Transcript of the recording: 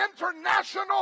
international